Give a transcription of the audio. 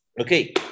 Okay